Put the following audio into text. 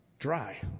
dry